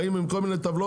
באים עם כל מיני טבלאות,